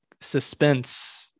suspense